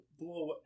blow